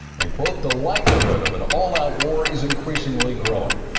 and, quote, the likelihood of an all-out war is increasingly growing.